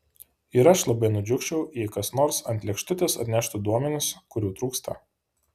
ir aš labai nudžiugčiau jei kas nors ant lėkštutės atneštų duomenis kurių trūksta